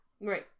right